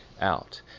out